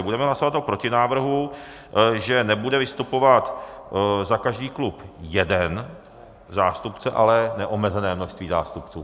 Budeme hlasovat o protinávrhu, že nebude vystupovat za každý klub jeden zástupce, ale neomezené množství zástupců.